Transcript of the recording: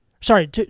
Sorry